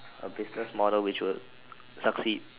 a business model which would succeed